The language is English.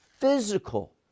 physical